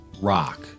rock